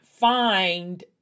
Find